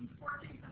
forty